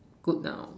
good now